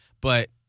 but-